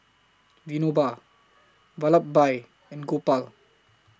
Vinoba Vallabhbhai and Gopal